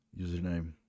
username